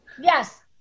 Yes